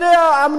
אמנון,